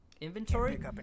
inventory